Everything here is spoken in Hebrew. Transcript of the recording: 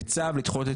בצו, לדחות את